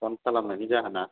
phone खालामनायनि जाहोना